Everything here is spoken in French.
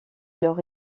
leur